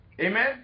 Amen